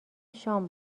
شام